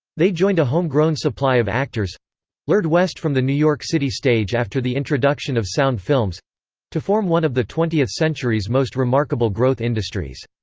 they joined a homegrown supply of actors lured west from the new york city stage after the introduction of sound films to form one of the twentieth century's most remarkable growth industries.